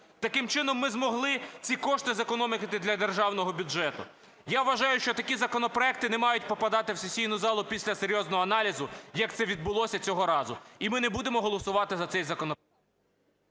Таким чином ми змогли ці кошти зекономити для державного бюджету. Я вважаю, що такі законопроекти не мають попадати в сесійну залу після серйозного аналізу, як це відбулося цього разу. І ми не будемо голосувати за цей законопроект.